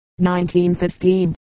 1915